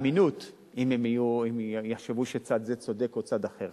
האמינות אם הם יחשבו שצד זה צודק או צד אחר.